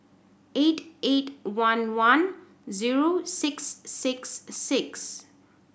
eight eight one one zero six six six